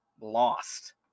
Lost